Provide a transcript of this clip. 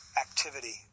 Activity